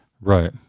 Right